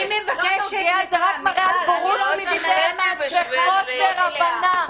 את לא תחליטי בשבילי --- זה רק מראה על בורות --- וחוסר הבנה.